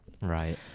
right